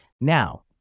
Now